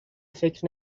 فکر